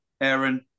Aaron